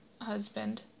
husband